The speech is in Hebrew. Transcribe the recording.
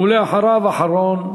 ואחריו, אחרון חביב,